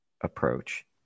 approach